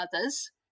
others